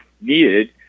needed